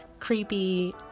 creepy